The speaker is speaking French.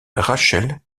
rachel